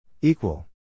Equal